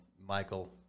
Michael